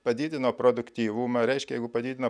padidino produktyvumą reiškia jeigu padidina